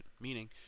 Meaning